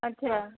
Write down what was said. अच्छा